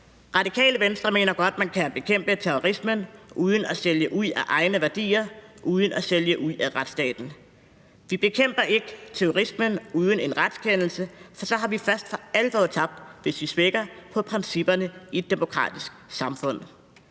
Radikale Venstre mener godt, at man kan bekæmpe terrorismen uden at sælge ud af egne værdier, uden at sælge ud af retsstaten. Vi bekæmper ikke terrorismen uden en retskendelse, for så har vi først for alvor tabt, altså hvis vi svækker principperne i et demokratisk samfund.